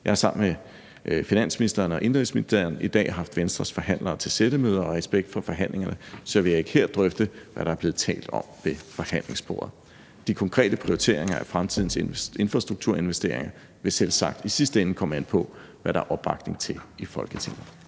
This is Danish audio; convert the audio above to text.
Jeg har sammen med finansministeren og indenrigsministeren i dag haft Venstres forhandlere til sættemøder, og i respekt for forhandlingerne vil jeg ikke her drøfte, hvad der er blevet talt om ved forhandlingsbordet. De konkrete prioriteringer af fremtidens infrastrukturinvesteringer vil selvsagt i sidste ende komme an på, hvad der er opbakning til i Folketinget.